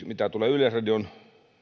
mitä tulee yleisradion